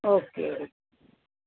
okay